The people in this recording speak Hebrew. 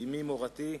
אמי מורתי,